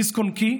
דיסק-און-קי,